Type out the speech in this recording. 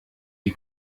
die